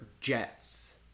jets